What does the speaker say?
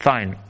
Fine